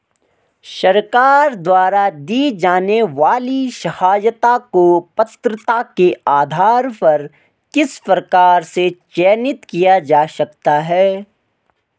सरकार द्वारा दी जाने वाली सहायता को पात्रता के आधार पर किस प्रकार से चयनित किया जा सकता है?